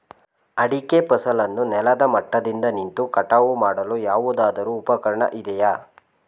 ಅಡಿಕೆ ಫಸಲನ್ನು ನೆಲದ ಮಟ್ಟದಿಂದ ನಿಂತು ಕಟಾವು ಮಾಡಲು ಯಾವುದಾದರು ಉಪಕರಣ ಇದೆಯಾ?